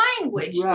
language